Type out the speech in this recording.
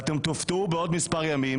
בעוד מספר ימים